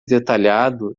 detalhado